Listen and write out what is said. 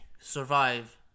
survive